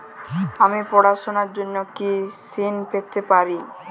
আমি পড়াশুনার জন্য কি ঋন পেতে পারি?